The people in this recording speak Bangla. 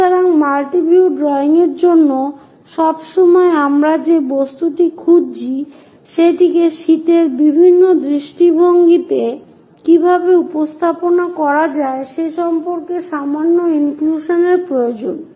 সুতরাং মাল্টি ভিউ ড্রয়িংয়ের জন্য সবসময় আমরা যে বস্তুটি খুঁজছি সেটিকে শীটের বিভিন্ন দৃষ্টিভঙ্গিতে কীভাবে উপস্থাপন করা যায় সে সম্পর্কে সামান্য ইনক্লুশন এর প্রয়োজন